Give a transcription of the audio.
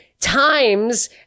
times